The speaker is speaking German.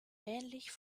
ähnlich